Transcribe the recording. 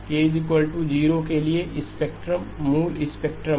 K 0 के लिए spectrum मूल स्पेक्ट्रम है